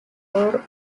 node